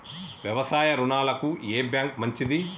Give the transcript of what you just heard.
వ్యవసాయ రుణాలకు ఏ బ్యాంక్ మంచిది?